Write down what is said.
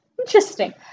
interesting